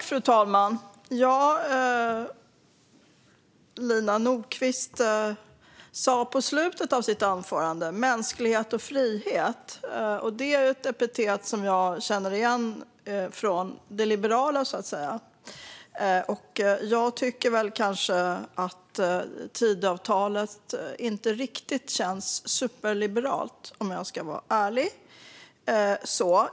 Fru talman! Lina Nordquist nämnde i slutet av sitt anförande mänsklighet och frihet. Det är ett epitet som jag känner igen från den liberala sidan. Men jag tycker väl inte riktigt att Tidöavtalet känns superliberalt - om jag ska vara ärlig.